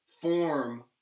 form